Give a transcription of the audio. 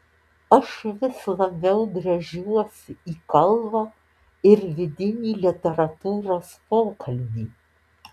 aš vis labiau gręžiuosi į kalbą ir vidinį literatūros pokalbį